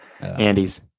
Andy's